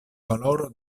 valoro